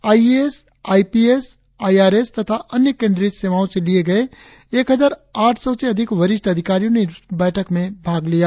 I A S I P S I R S तथा अन्य केंद्रीय सेवाओं से लिए गए एक हजार आठ सौ से अधिक वरिष्ठ अधिकारियों ने इस बैठक में भाग लिया